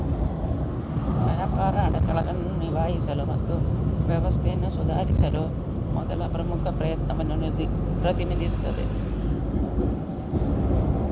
ವ್ಯಾಪಾರ ಅಡೆತಡೆಗಳನ್ನು ನಿಭಾಯಿಸಲು ಮತ್ತು ವ್ಯವಸ್ಥೆಯನ್ನು ಸುಧಾರಿಸಲು ಮೊದಲ ಪ್ರಮುಖ ಪ್ರಯತ್ನವನ್ನು ಪ್ರತಿನಿಧಿಸುತ್ತದೆ